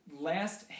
last